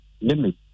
limit